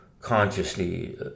consciously